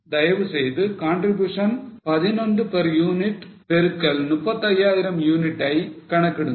தயவுசெய்து contribution 11 per unit பெருக்கல் 35000 units ஐ கணக்கிடுங்கள்